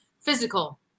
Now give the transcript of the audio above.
physical